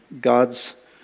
God's